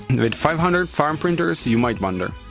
with five hundred farm printers, you might wonder,